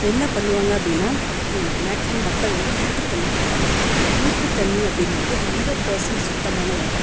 என்ன பண்ணுவாங்க அப்படினால் மேக்ஸிமம் மக்கள் வந்து ஊற்று தண்ணி குடிப்பாங்க ஊற்று தண்ணி அப்படிங்கிறது ஹண்ட்ரட் பர்ஸன்ட் சுத்தமான வாட்டர்